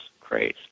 craze